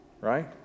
right